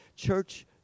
church